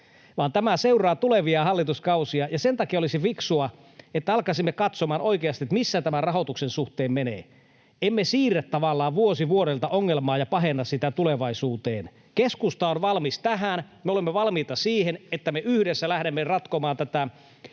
tämä seuraa tulevia hallituskausia, ja sen takia olisi fiksua, että alkaisimme katsomaan oikeasti, missä tämän rahoituksen suhteen mennään. Emme siirrä tavallaan vuosi vuodelta ongelmaa ja pahenna sitä tulevaisuuteen. Keskusta on valmis tähän. Me olemme valmiita siihen, että me yhdessä lähdemme ratkomaan tätä